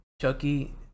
Chucky